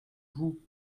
vous